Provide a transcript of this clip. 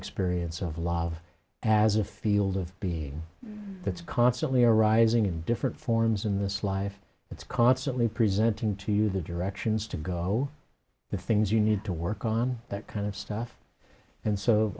experience of love as a field of being that's constantly arising in different forms in this life it's constantly presenting to you the directions to go the things you need to work on that kind of stuff and